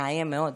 מאיים מאוד.